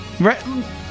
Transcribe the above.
Right